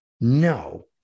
No